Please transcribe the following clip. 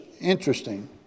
interesting